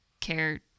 care